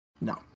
No